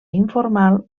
informal